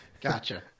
Gotcha